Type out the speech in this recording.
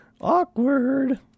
Awkward